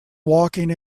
walking